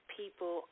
people